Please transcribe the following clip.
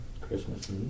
Christmas